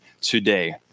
today